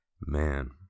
Man